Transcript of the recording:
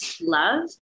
love